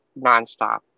nonstop